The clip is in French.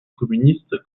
communiste